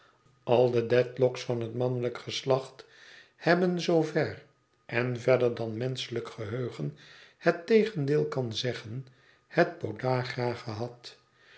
al de dedlock's van het mannelijk geslacht hebben zoover en verder dan menschengeheugen het tegendeel kan zeggen het podagra gehad